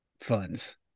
funds